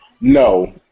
no